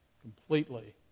completely